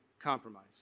compromise